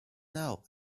now